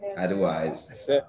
otherwise